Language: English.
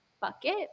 bucket